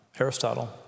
Aristotle